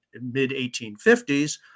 mid-1850s